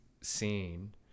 scene